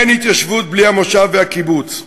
אין התיישבות בלי המושב והקיבוץ,